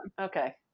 Okay